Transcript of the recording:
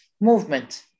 movement